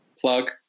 plug